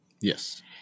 Yes